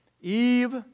Eve